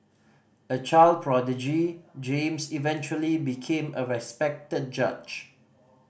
a child prodigy James eventually became a respected judge